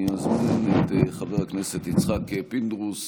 אני מזמין את חבר הכנסת יצחק פינדרוס